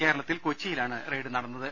കേരളത്തിൽ കൊച്ചിയി ലാണ് റെയ്ഡ് നടന്നത്